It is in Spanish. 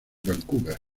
vancouver